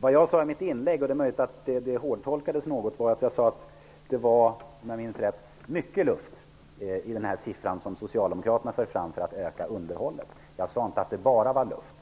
Det är möjligt att det jag sade i mitt inlägg tolkades något hårt. Jag sade -- om jag minns rätt -- att det var mycket luft i siffran som Socialdemokraterna föreslog för att öka underhållet. Jag sade inte att det bara var luft.